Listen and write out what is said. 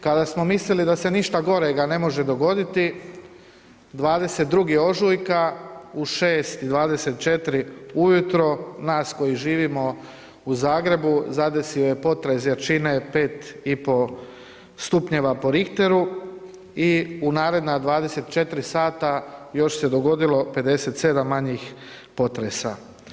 Kada smo mislili da se ništa gorega ne može dogoditi 22. ožujka u 6 i 24 ujutro nas koji živimo u Zagrebu zadesio je potres jačine 5,5 stupnjeva po Richteru i u naredna 24 sata još se dogodilo 57 manjih potresa.